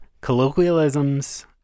colloquialisms